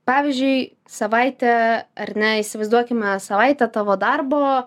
pavyzdžiui savaitę ar ne įsivaizduokime savaitę tavo darbo